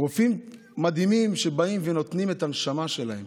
רופאים מדהימים שנותנים את הנשמה שלהם